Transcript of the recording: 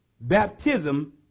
Baptism